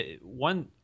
One